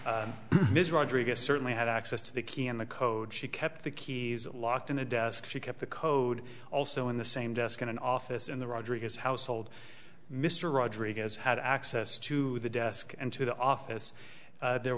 e ms rodriguez certainly had access to the key in the code she kept the keys locked in a desk she kept the code also in the same desk in an office in the rodriguez household mr rodriguez had access to the desk and to the office there